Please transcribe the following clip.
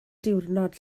diwrnod